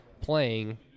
playing